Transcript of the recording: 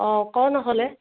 অঁ ক নহ'লে